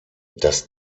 das